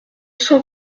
cent